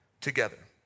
together